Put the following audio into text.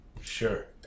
Sure